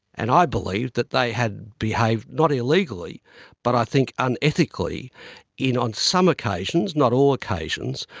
and i believed that they had behaved not illegally but i think unethically in on some occasions, not all occasions,